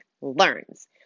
learns